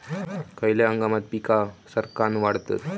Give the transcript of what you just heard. खयल्या हंगामात पीका सरक्कान वाढतत?